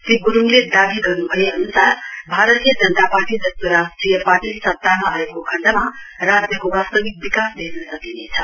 श्री गुरूङले दाबी गर्न् भए अनुसार भारतीय जनता पार्टी जस्तो राष्ट्रिय पार्टी सत्तामा आएको खण्डमा राज्यको वास्ताविक विकास देख्न सकिनेछ